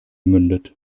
mündet